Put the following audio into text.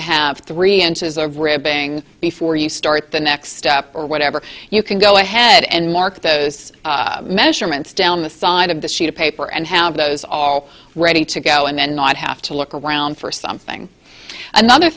to have three inches of ribbing before you start the next step or whatever you can go ahead and mark those measurements down the side of the sheet of paper and have those all ready to go and then i'd have to look around for something another